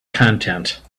content